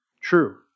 true